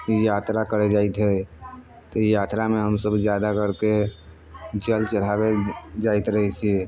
यात्रा करय जाइत हइ तऽ यात्रामे हमसभ ज्यादा करि कऽ जल चढ़ाबय जाइत रहैत छियै